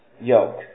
yoke